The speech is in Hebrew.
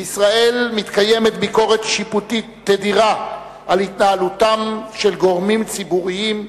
בישראל מתקיימת ביקורת שיפוטית תדירה על התנהלותם של גורמים ציבוריים,